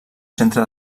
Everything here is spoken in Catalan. centre